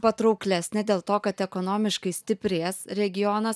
patrauklesnė dėl to kad ekonomiškai stiprės regionas